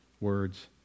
words